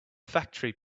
factory